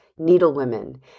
Needlewomen